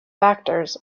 factors